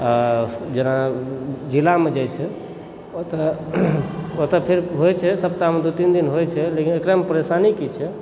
आ जेना जिलामे जाइत छी ओतऽ ओतऽ फेर होइत छै सप्ताहमे दू तीन होइत छै लेकिन एकरामे परेशानी की छै